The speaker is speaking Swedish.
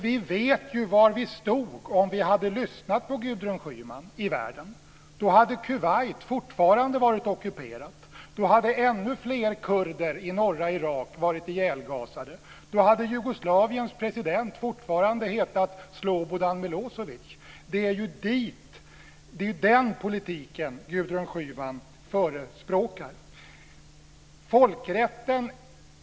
Vi vet ju var vid stod i världen om vi hade lyssnat på Gudrun Schyman. Då hade Kuwait fortfarande varit ockuperat. Då hade ännu fler kurder i norra Irak varit ihjälgasade. Då hade Jugoslaviens president fortfarande hetat Slobodan Milosevic. Det är den politiken Gudrun Schyman förespråkar.